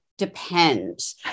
Depends